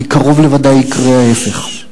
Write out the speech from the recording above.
כי קרוב לוודאי יקרה ההיפך.